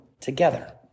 together